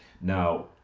Now